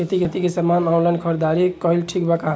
खेती के समान के ऑनलाइन खरीदारी कइल ठीक बा का?